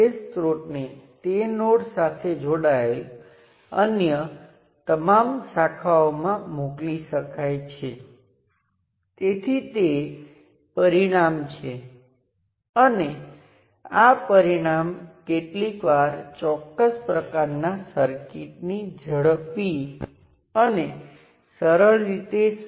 તમે બધા સ્વતંત્ર સ્ત્રોતોને નિષ્ક્રિય કરો છો તમારી પાસે રેખીય ઘટક તરીકે રેઝિસ્ટર્સ અને નિયંત્રિત સ્ત્રોત રહેશે અને પછી ટર્મિનલ એક અને એક પ્રાઇમ વચ્ચેના સર્કિટમાં જુઓ તમે રેઝિસ્ટન્સ Rth નક્કી કરો છો